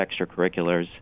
extracurriculars